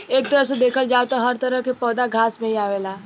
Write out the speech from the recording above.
एक तरह से देखल जाव त हर तरह के पौधा घास में ही आवेला